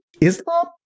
Islam